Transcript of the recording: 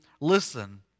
listen